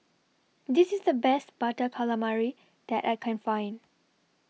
This IS The Best Butter Calamari that I Can Find